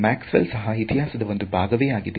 Maxwell ಸಹ ಇತಿಹಾಸದ ಒಂದು ಭಾಗವೇ ಆಗಿದೆ